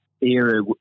era